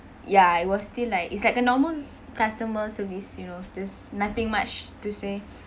ya it was still like it's like a normal customer service you know there's nothing much to say